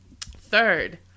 third